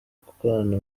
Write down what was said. gukorana